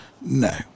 No